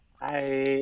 hi